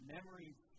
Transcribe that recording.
Memories